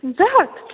زٕ ہتھ